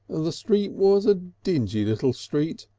the street was a dingy little street,